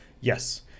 Yes